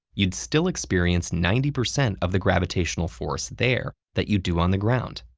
you'd still experience ninety percent of the gravitational force there that you do on the ground.